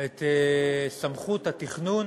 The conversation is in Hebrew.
את סמכות התכנון